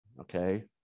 Okay